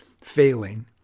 failing